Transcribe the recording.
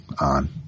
on